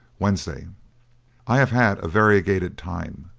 wednesday i have had a variegated time.